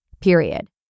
Period